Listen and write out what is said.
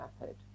method